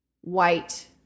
white